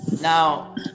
Now